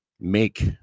make